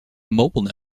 mobile